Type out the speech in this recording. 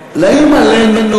אתה היית כותב בדיוק מאמר דומה.